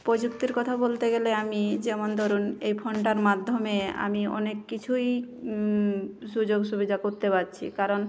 প্রযুক্তির কথা বলতে গেলে আমি যেমন ধরুন এই ফোনটার মাধ্যমে আমি অনেক কিছুই সুযোগ সুবিধা করতে পারছি কারণ